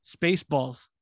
Spaceballs